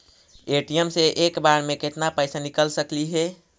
ATM से एक बार मे केत्ना पैसा निकल सकली हे?